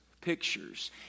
pictures